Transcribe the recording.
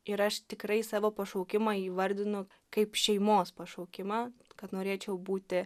ir aš tikrai savo pašaukimą įvardinu kaip šeimos pašaukimą kad norėčiau būti